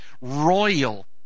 royal